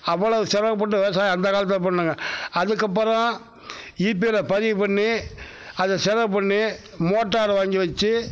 அவ்வளவு சிரமப்பட்டு விவசாயம் அந்தக்காலத்தில் பண்ணிணோங்க அதுக்கப்புறம் இபிஐயில் பதிவு பண்ணி அதை செலவு பண்ணி மோட்டார் வாங்கி வச்சு